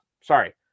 sorry